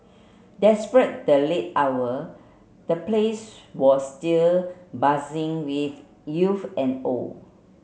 despite the late hour the place was still buzzing with youth and old